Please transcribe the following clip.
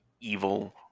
evil